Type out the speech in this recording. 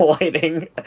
lighting